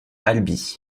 albi